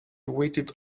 waited